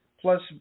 plus